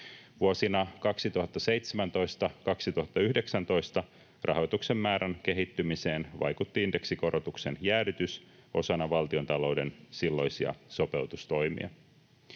Vuosina 2017—2019 rahoituksen määrän kehittymiseen vaikutti indeksikorotuksen jäädytys osana valtiontalouden silloisia sopeutustoimia.